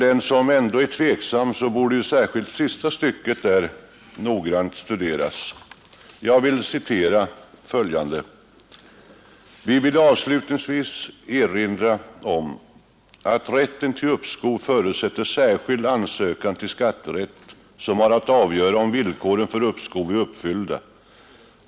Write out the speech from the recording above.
Den som ändå är tveksam bör noggrant studera sista stycket i den föreliggande reservationen, där det heter att vi ”vill avslutningsvis erinra om att rätten till uppskov förutsätter särskild ansökan till skatterätt, som har att avgöra om villkoren för uppskov är uppfyllda.